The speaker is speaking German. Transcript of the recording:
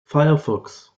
firefox